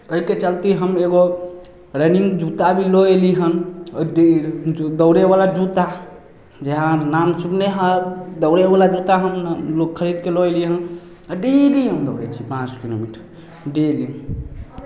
एहिके चलिते हम एगो रनिन्ग जुत्ता भी लऽ अएली हन अँ डे दौड़ैवला जूता जे अहाँ नाम सुनने हैब दौड़ैवला जुत्ता हम लोक खरिदके लऽ अएलिए हन आओर डेली हम दौड़ै छी पाँच किलोमीटर डेली